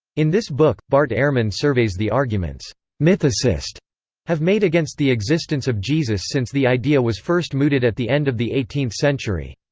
in this book, bart ehrman surveys the arguments mythicists have made against the existence of jesus since the idea was first mooted at the end of the eighteenth century.